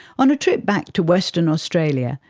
on a trip back to western australia,